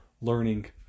learning